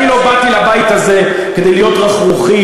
אני לא באתי לבית הזה כדי להיות רכרוכי